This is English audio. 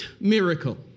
miracle